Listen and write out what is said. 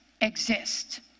exist